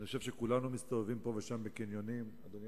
אדוני